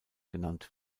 genannt